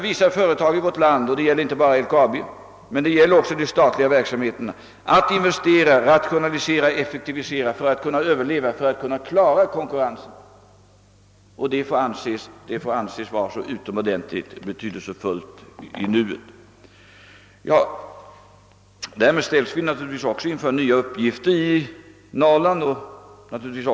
Vissa företag i vårt land — inte bara LKAB — måste investera, rationalisera och effektivisera för att kunna överleva, och det får anses utomordentligt betydelsefullt i nuet. Därmed står vi också inför nya upp gifter i Norrland och Norrbotten.